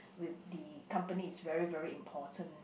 with the company is very very important